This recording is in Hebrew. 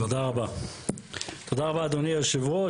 תודה רבה אדוני היושב ראש,